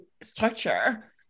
structure